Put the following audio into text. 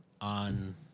on